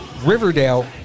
Riverdale